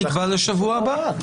נקבע לשבוע הבא.